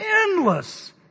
endless